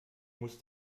muss